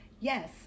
Yes